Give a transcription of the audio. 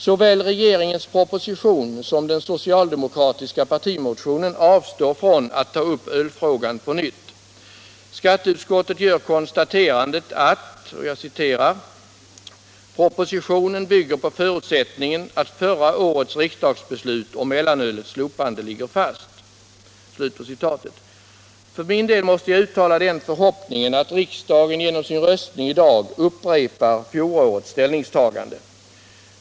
Såväl regeringens proposition som den socialdemokratiska partimotionen avstår från att ta upp ölfrågan på nytt. Skatteutskottet konstaterar: ”Propositionen bygger på förutsättningen att förra årets riksdagsbeslut om mellanölets slopande ligger fast.” — För min del måste jag uttala den förhoppningen att riksdagen genom sin röstning i dag upprepar fjolårets ställningstagande.